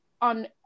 on